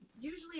usually